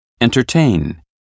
entertain